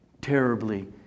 terribly